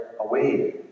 away